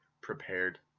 prepared